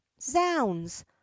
zounds